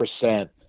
percent